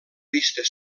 vista